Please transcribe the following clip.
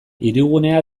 hirigunea